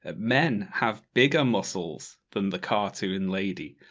ah men have bigger muscles than the cartoon lady,